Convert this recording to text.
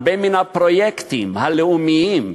הרבה מן הפרויקטים הלאומיים,